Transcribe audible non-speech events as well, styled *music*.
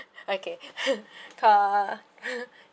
okay *laughs* car